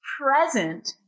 present